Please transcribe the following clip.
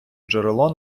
джерело